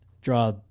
draw